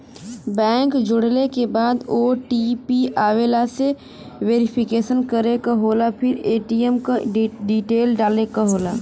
bank जोड़ले के बाद ओ.टी.पी आवेला से वेरिफिकेशन करे क होला फिर ए.टी.एम क डिटेल डाले क होला